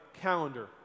calendar